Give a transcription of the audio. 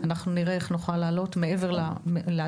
נראה איך אפשר להעלות את זה בצורה יותר מרכזית,